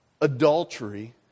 adultery